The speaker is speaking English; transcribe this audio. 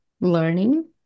learning